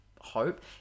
hope